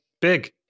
big